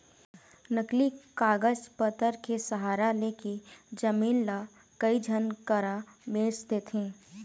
नकली कागज पतर के सहारा लेके जमीन ल कई झन करा बेंच देथे